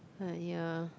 ya